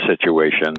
situation